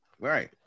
right